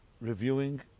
reviewing